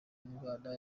indwara